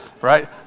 right